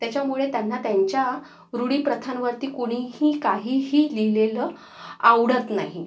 त्याच्यामुळे त्यांना त्यांच्या रूढी प्रथांवरती कुणीही काहीही लिलेलं आवडत नाही